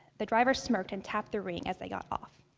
the driver smirked and tapped the ring as they got off.